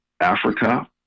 Africa